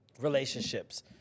relationships